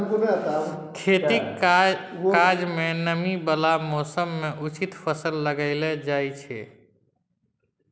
खेतीक काज मे नमी बला मौसम मे उचित फसल लगाएल जाइ छै